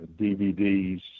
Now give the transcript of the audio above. DVDs